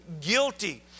guilty